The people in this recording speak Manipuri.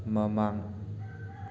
ꯃꯃꯥꯡ